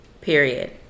Period